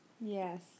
Yes